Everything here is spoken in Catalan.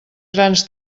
grans